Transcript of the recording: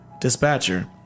Dispatcher